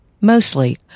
mostly